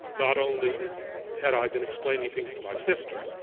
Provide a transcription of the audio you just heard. not only had i been explaining things to my sister,